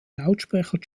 lautsprecher